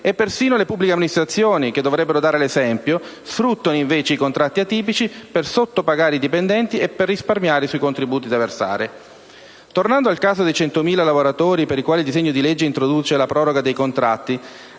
E persino le pubbliche amministrazioni, che dovrebbero dare l'esempio, sfruttano invece i contratti atipici per sottopagare i dipendenti e per risparmiare sui contributi da versare. Tornando al caso dei centomila lavoratori per i quali il decreto-legge introduce la proroga dei contratti,